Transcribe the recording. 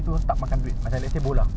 kau nanti main ada boot ah